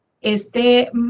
Este